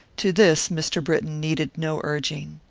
to this mr. britton needed no urging.